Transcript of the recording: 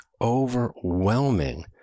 overwhelming